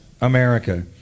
America